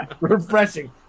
refreshing